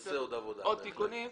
אפשר לעשות עוד תיקונים.